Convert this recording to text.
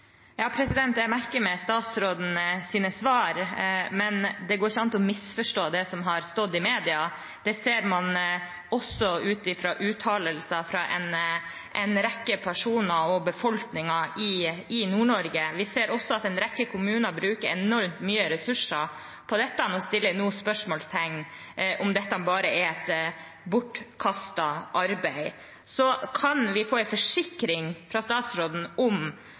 Jeg merker meg statsrådens svar, men det går ikke an å misforstå det som har stått i media. Det ser man også av uttalelser fra en rekke personer og befolkningen i Nord-Norge. Vi ser også at en rekke kommuner bruker enormt mye ressurser på dette og nå stiller spørsmål ved om det bare er bortkastet arbeid. Kan vi få en forsikring fra statsråden om